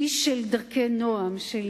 איש של דרכי נועם, של